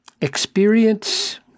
experience